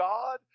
God